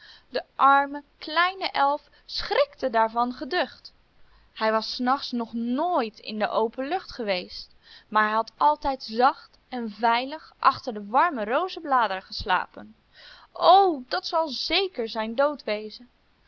de arme kleine elf schrikte daarvan geducht hij was s nachts nog nooit in de open lucht geweest maar had altijd zacht en veilig achter de warme rozebladeren geslapen o dat zal zeker zijn dood wezen